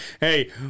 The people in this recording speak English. hey